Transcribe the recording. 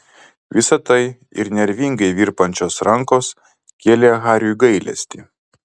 visa tai ir nervingai virpančios rankos kėlė hariui gailestį